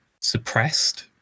suppressed